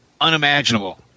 Unimaginable